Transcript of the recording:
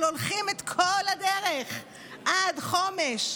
אבל הולכים את כל הדרך עד חומש.